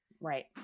Right